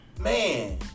man